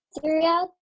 throughout